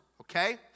Okay